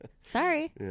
sorry